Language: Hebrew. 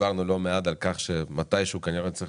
ודיברנו לא מעט על כך שבשלב מסוים צריך